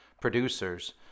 producers